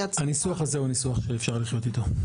הניסוח הזה הוא ניסוח שאפשר לחיות איתו.